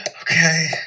Okay